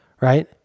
right